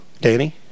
Danny